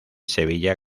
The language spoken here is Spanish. sevilla